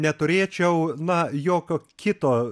neturėčiau na jokio kito